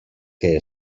que